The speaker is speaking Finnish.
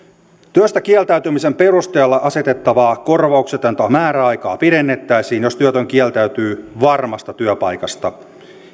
työstä kieltäytymisen perusteella asetettavaa korvauksetonta määräaikaa pidennettäisiin jos työtön kieltäytyy varmasta työpaikasta